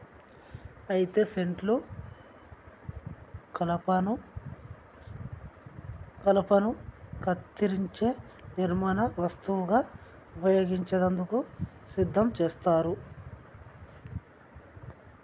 అయితే సెట్లు కలపను కత్తిరించే నిర్మాణ వస్తువుగా ఉపయోగించేందుకు సిద్ధం చేస్తారు